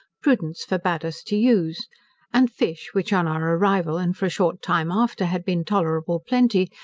prudence forbade us to use and fish, which on our arrival, and for a short time after had been tolerable plenty,